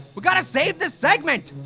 we've got to save this segment.